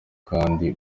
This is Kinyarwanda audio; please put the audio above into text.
kandi